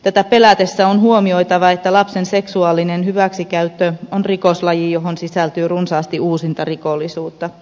tätä pelätessä on huomioitava että lapsen seksuaalinen hyväksikäyttö on rikoslaji johon sisältyy runsaasti uusintarikollisuutta